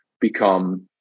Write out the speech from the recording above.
become